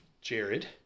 Jared